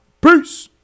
Peace